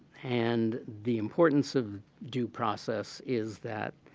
and the importance of due process is that,